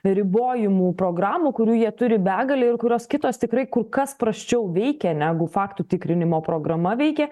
ribojimų programų kurių jie turi begalę ir kurios kitos tikrai kur kas prasčiau veikia negu faktų tikrinimo programa veikė